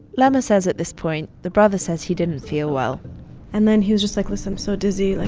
lama says, at this point, the brother says he didn't feel well and then he was just like, listen i'm so dizzy, like,